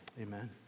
amen